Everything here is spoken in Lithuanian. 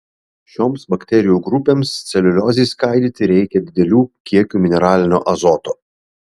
šioms bakterijų grupėms celiuliozei skaidyti reikia didelių kiekių mineralinio azoto